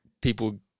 people